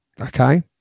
okay